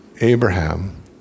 Abraham